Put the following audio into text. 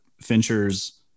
Fincher's